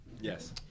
Yes